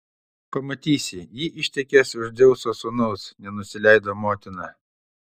pamatysi ji ištekės už dzeuso sūnaus nenusileido motina